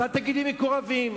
אז אל תגידי מקורבים.